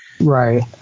Right